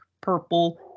purple